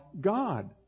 God